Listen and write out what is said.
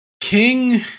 King